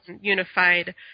unified